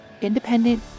independent